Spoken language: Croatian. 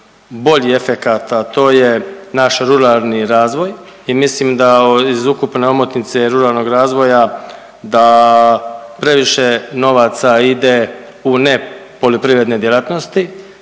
bolji efekat, a to je naš ruralni razvoj i mislim da iz ukupne omotnice ruralnog razvoja da previše novaca ide u nepoljoprivredne djelatnosti